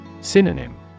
Synonym